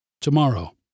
Tomorrow